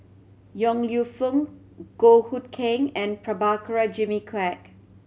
Yong Lew Foong Goh Hood Keng and Prabhakara Jimmy Quek